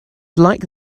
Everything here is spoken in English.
like